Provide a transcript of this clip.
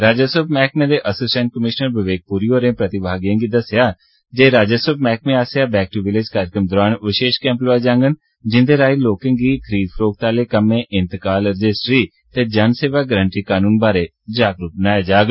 राजस्व मैह्कमे दे असिस्टैंट कमिशनर विवेक पुरी होरें प्रतिभागिएं गी दस्सेआ जे राजस्व मैह्कमे आसेआ बैक दू विलेज कार्यक्रम दौरान विशेष कैंप लोआए जाडन जिंदे राएं लोकें गी खरीद फरोख्त आह्ले कम्में इन्तकाल रजिस्टरी ते जन सेवा गरंटी कानून बारै जागरूक बनाया जाग